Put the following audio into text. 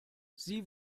sie